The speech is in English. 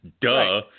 duh